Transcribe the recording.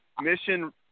mission